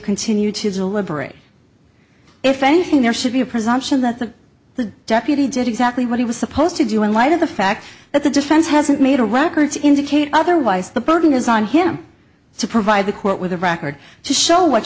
continue to deliberate if anything there should be a presumption that the the deputy did exactly what he was supposed to do in light of the fact that the defense hasn't made a records indicate otherwise the burden is on him to provide the court with a record to show what